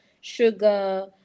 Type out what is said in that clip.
sugar